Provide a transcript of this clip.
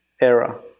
era